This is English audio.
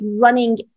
running